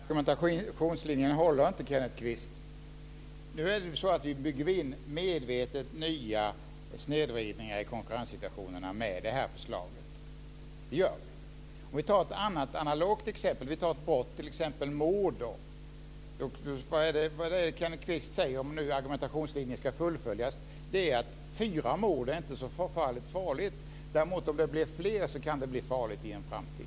Fru talman! Den argumentationslinjen håller inte, Kenneth Kvist. Vi bygger medvetet in nya snedvridningar i konkurrenssituationerna med detta förslag. Vi kan ta ett analogt exempel. Vi tar ett brott, t.ex. mord. Om argumentationslinjen ska fullföljas är det Kenneth Kvist säger att fyra mord inte är så förfärligt farligt. Blir det däremot fler kan det bli farligt i en framtid.